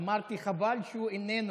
אמרתי, חבל שהוא איננו.